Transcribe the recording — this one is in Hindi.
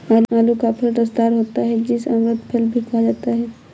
आलू का फल रसदार होता है जिसे अमृत फल भी कहा जाता है